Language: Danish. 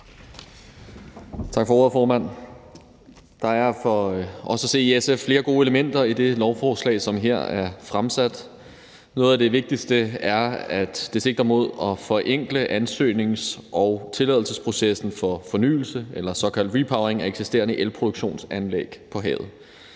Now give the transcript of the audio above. Tak for ordet, formand. Der er for os i SF at se flere gode elementer i det lovforslag, som her er fremsat. Noget af det vigtigste er, at det sigter mod at forenkle ansøgnings- og tilladelsesprocessen for fornyelse eller såkaldt repowering af eksisterende elproduktionsanlæg på havet.